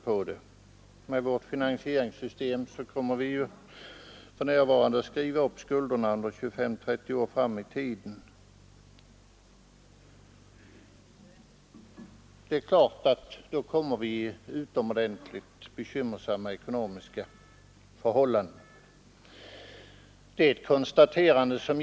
Med vårt nuvarande finanseringssystem kommer vi ju att skriva upp skulderna efter 25—30 år. Det är klart att vi då får utomordentligt bekymmersamma ekonomiska förhållanden.